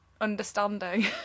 understanding